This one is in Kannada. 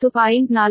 45 KV